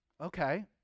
Okay